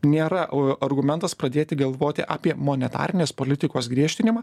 nėra argumentas pradėti galvoti apie monetarinės politikos griežtinimą